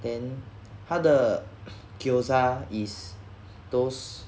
then 他的 gyoza is those